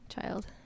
child